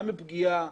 גם מפגיעה